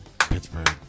Pittsburgh